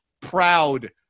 proud